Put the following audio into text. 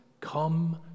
come